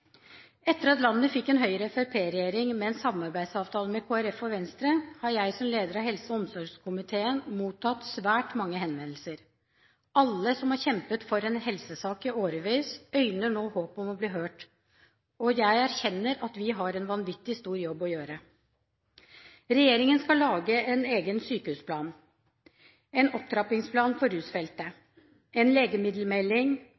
Etter at landet fikk en Høyre–Fremskrittsparti-regjering med en samarbeidsavtale med Kristelig Folkeparti og Venstre, har jeg som leder av helse- og omsorgskomiteen mottatt svært mange henvendelser. Alle som har kjempet for en helsesak i årevis, øyner nå håp om å bli hørt, og jeg erkjenner at vi har en vanvittig stor jobb å gjøre. Regjeringen skal lage en egen sykehusplan, en opptrappingsplan for